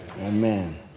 Amen